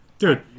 Dude